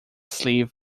sleeve